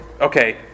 Okay